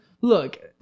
Look